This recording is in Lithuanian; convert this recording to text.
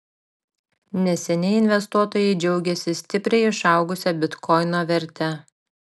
neseniai investuotojai džiaugėsi stipriai išaugusia bitkoino verte